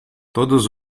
todos